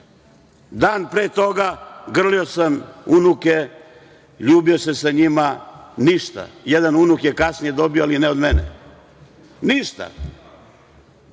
Dan pre toga grlio sam unuke, ljubio se sa njima – ništa. Jedan unuk je kasnije dobio, ali ne od mene, ništa.